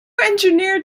engineered